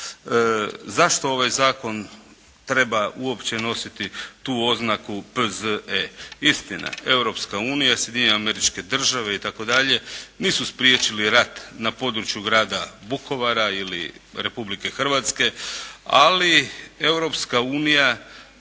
Zašto ovaj zakon treba uopće nositi tu oznaku P.Z.E. Istina, Europska unija, Sjedinjene Američke Države itd. nisu spriječili rat na području grada Vukovara ili Republike Hrvatske, ali Europska unija